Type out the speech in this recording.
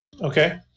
Okay